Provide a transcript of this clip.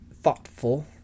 thoughtful